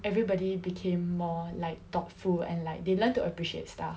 everybody became more like thoughtful and like they learn to appreciate stuff